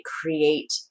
create